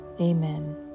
Amen